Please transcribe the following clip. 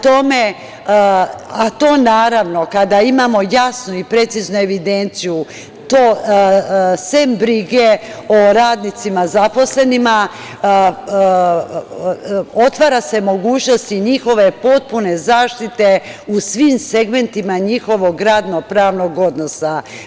To, naravno, kada imamo jasnu i preciznu evidenciju sem brige o radnicima zaposlenima, otvara se mogućnost i njihove potpune zaštite u svim segmentima njihovog radno-pravnog odnosa.